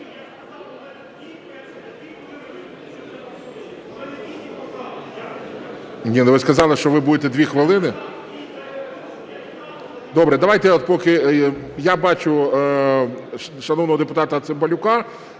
я бачу шановного депутата Цимбалюка.